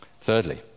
Thirdly